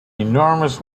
enormous